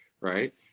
Right